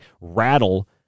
rattle